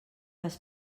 les